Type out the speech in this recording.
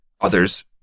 others